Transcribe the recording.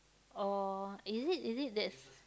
or is it is it that's